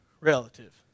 relative